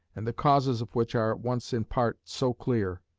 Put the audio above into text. and the causes of which are at once in part so clear,